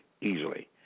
easily